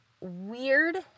weird